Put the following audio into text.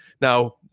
Now